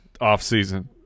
offseason